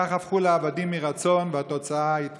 כך הפכו לעבדים מרצון, והתוצאה היא טרגית.